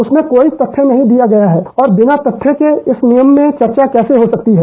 उसमें कोई तथ्य नहीं दिया गया है और बिना तथ्य के इस नियम में कैसे चर्चा हो सकती है